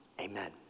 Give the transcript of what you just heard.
Amen